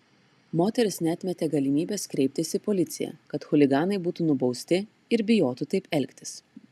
moteris neatmetė galimybės kreiptis į policiją kad chuliganai būtų nubausti ir bijotų taip elgtis